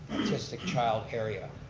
autistic child area.